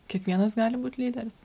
kiekvienas gali būti lyderis